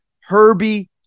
Herbie